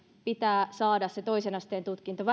pitää saada vähintään se toisen asteen tutkinto